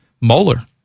Moeller